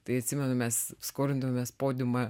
tai atsimenu mes skolindavomės podiumą